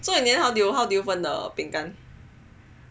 so in the end how do you how do you 分的饼干